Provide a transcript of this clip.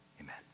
Amen